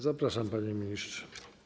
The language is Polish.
Zapraszam, panie ministrze.